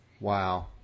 Wow